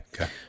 Okay